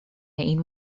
این